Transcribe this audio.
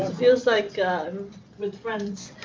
feels like i'm with friends.